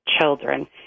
children